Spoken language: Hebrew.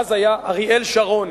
שמאז היה אריאל שרון,